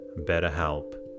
BetterHelp